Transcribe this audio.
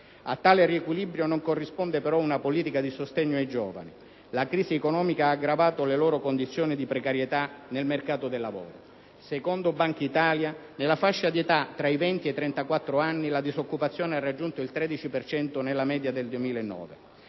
A tale riequilibrio non corrisponde però una politica di sostegno ai giovani. La crisi economica ha aggravato le loro condizioni di precarietà nel mercato del lavoro. Secondo la Banca d'Italia, nella fascia di età tra i 20 e i 34 anni la disoccupazione ha raggiunto mediamente il 13